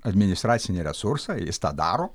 administracinį resursą jis tą daro